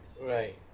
Right